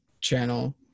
channel